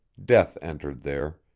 death entered there,